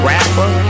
Rapper